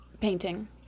painting